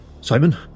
Simon